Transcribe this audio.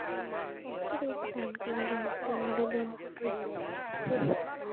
ᱚᱱᱛᱮ ᱨᱮᱜᱮ ᱠᱚ ᱛᱟᱦᱮᱱ ᱠᱟᱱᱟ ᱡᱮᱢᱚᱱ ᱛᱮ ᱱᱚᱰᱮ ᱫᱚ ᱪᱮᱫ